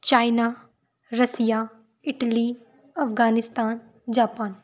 China Russia Italy Afghanistan Japan